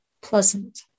pleasant